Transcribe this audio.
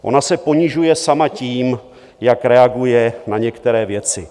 Ona se ponižuje sama tím, jak reaguje na některé věci.